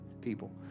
people